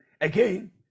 again